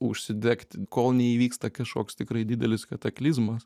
užsidegti kol neįvyksta kažkoks tikrai didelis kataklizmas